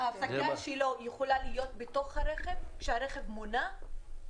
ההפסקה שלו יכולה להיות בתוך הרכב, כשהרכב מונע?